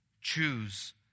choose